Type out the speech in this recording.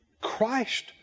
Christ